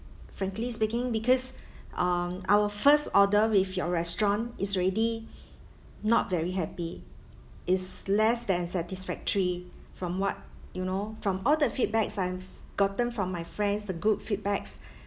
frankly speaking because um our first order with your restaurant is already not very happy is less than satisfactory from what you know from all the feedbacks I've gotten from my friends the good feedbacks